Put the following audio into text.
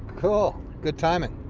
cool, good timing.